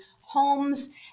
homes